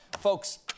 Folks